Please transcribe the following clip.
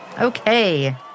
Okay